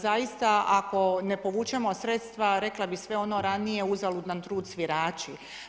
Zaista ako ne povučemo sredstva rekla bih sve ono ranije uzalud nam trud svirači.